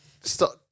start